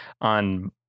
on